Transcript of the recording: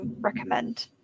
recommend